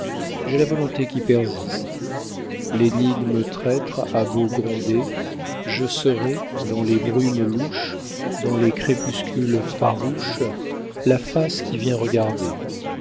j'ai la volonté qui persiste l'énigme traître a beau gronder je serai dans les brumes louches dans les crépuscules farouches la face qui vient regarder